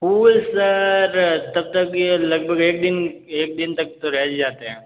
फूल sir तब तक ये लगभग एक दिन एक दिन तक तो रह ही जाते हैं